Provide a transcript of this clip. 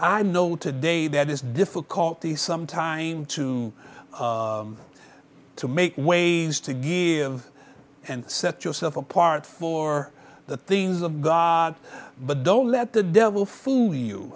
i know today that his difficulties sometime to to make waves to give and set yourself apart for the things of god but don't let the devil full you